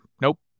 nope